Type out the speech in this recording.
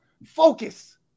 Focus